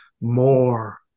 more